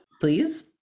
Please